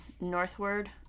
northward